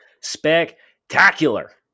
spectacular